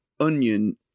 onion